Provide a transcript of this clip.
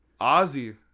Ozzy